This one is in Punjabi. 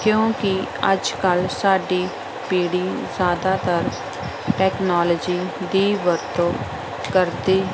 ਕਿਉਂਕਿ ਅੱਜ ਕੱਲ੍ਹ ਸਾਡੀ ਪੀੜ੍ਹੀ ਜ਼ਿਆਦਾਤਰ ਟੈਕਨਾਲੋਜੀ ਦੀ ਵਰਤੋਂ ਕਰਦੀ